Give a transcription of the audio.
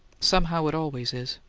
somehow it always is.